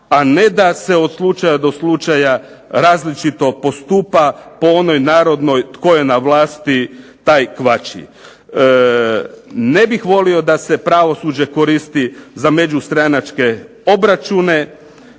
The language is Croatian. a ne da se od slučaja do slučaja različito postupa po onoj narodnoj tko je na vlasti taj kvači. Ne bih volio da se pravosuđe koristi za međustranačke obračune,